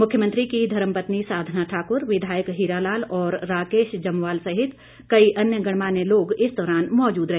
मुख्यमंत्री की धर्मपत्नी साधना ठाकुर विधायक हीरा लाल और राकेश जम्वाल सहित कई अन्य गणमान्य लोग इस दौरान मौजूद रहे